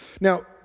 Now